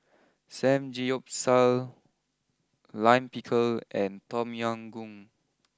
Samgeyopsal Lime Pickle and Tom Yam Goong